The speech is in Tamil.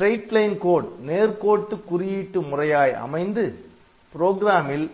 இவை நேர்கோட்டு குறியீட்டு முறையாய் அமைந்து புரோகிராமில்